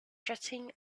jetting